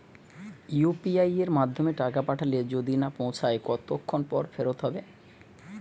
UPI য়ের মাধ্যমে টাকা পাঠালে যদি না পৌছায় কতক্ষন পর ফেরত হবে?